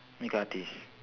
makeup artist